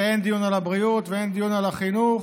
ושאין דיון על הבריאות ואין דיון על החינוך,